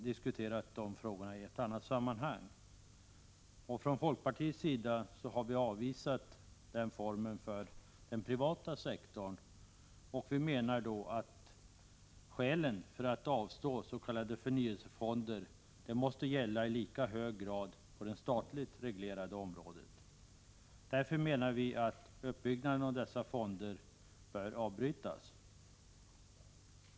Folkpartiet ställde sig då avvisande till den formen när det gäller den privata sektorn, och vi menar att skälen för att avstå från s.k. förnyelsefonder i lika hög grad måste gälla för det statligt reglerade området. Därför menar vi att uppbyggandet av dessa fonder bör avbrytas.